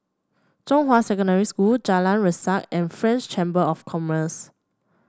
Zhonghua Secondary School Jalan Resak and French Chamber of Commerce